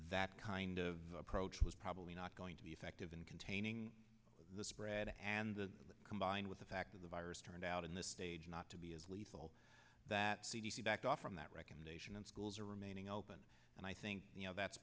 that kind of approach was probably not going to be effective in containing the spread and that combined with the fact of the virus turned out in this stage not to be as lethal that c d c backed off from that recommendation and schools are remaining open and i think that's